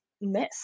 miss